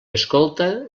escolta